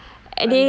அந்த:antha